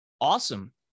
Awesome